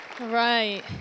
right